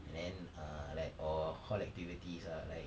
and then err like or hall activities ah like